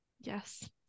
Yes